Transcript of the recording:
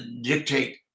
dictate